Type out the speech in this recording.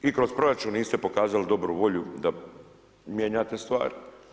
I kroz proračun niste pokazali dobru volju da mijenjate stvar.